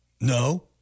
No